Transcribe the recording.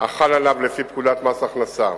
החל עליו לפי פקודת מס הכנסה.